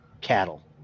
cattle